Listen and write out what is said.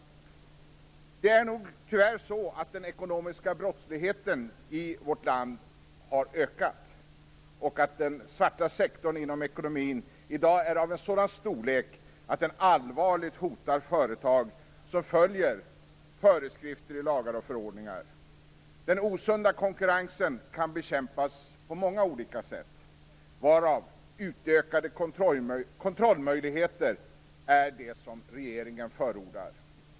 Det är tyvärr så att den ekonomiska brottsligheten i vårt land har ökat och att den svarta sektorn inom ekonomin i dag är av en sådan storlek att den allvarligt hotar företag som följer föreskrifter i lagar och förordningar. Den osunda konkurrensen kan bekämpas på många olika sätt, varav utökade kontrollmöjligheter är det som regeringen förordar.